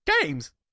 Games